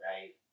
right